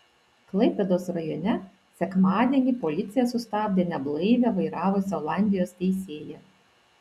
klaipėdos rajone sekmadienį policija sustabdė neblaivią vairavusią olandijos teisėją